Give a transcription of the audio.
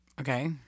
Okay